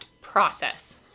process